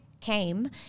came